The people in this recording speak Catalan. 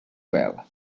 vel